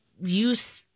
use